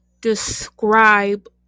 describe